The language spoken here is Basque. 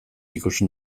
ikusi